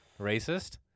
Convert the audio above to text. Racist